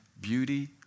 beauty